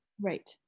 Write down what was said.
right